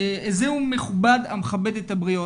איזהו מכובד המכבד את הבריות?